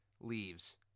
leaves